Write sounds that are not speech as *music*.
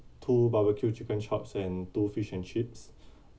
two barbecue chicken chops and two fish and chips *breath*